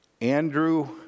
Andrew